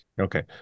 okay